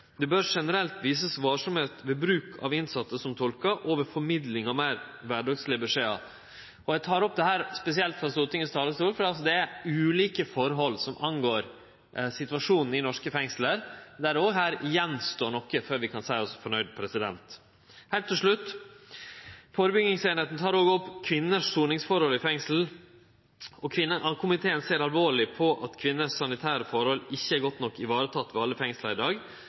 bør generelt vere varsam med å bruke innsette som tolkar, òg ved formidling av meir kvardagslege beskjedar. Eg tek opp dette frå talarstolen i Stortinget spesielt fordi det er ulike forhold som handlar om situasjonen i norske fengsel, kor det står igjen noko før vi kan seie oss fornøgde. Heilt til slutt: Førebyggingsavdelinga tek òg opp soningsforholda for kvinner i fengsel. Komiteen ser alvorleg på at dei sanitære forholda for kvinnene ikkje er godt nok varetekne ved alle fengsel i dag,